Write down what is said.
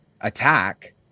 attack